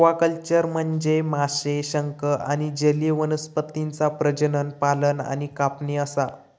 aquaculture म्हनजे माशे, शंख आणि जलीय वनस्पतींचा प्रजनन, पालन आणि कापणी असा